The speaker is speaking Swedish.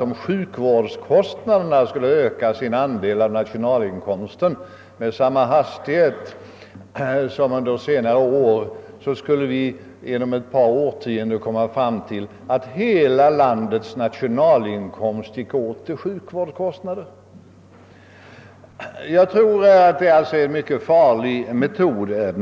Om sjukvårdskostnaderna skulle fortsätta att öka sin andel av nationalinkomsten med samma hastighet som under senare år, skulle vi sålunda inom ett par årtionden komma i den situationen, att landets hela nationalinkomst gick åt till sjukvårdskostnader. Jag tror att detta är en mycket farlig metod att